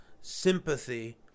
sympathy